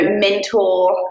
mentor